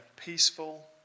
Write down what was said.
peaceful